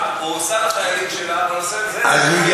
או עושה לחיילים שלה בנושא הזה הוא כפייה?